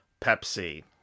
Pepsi